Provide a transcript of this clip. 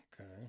Okay